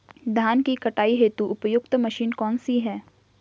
धान की कटाई हेतु उपयुक्त मशीन कौनसी है?